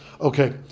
Okay